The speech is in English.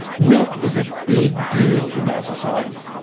milk is a big deal in our society,